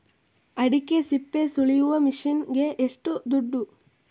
ಅಡಿಕೆ ಸಿಪ್ಪೆ ಸುಲಿಯುವ ಮಷೀನ್ ಗೆ ಏಷ್ಟು ದುಡ್ಡು?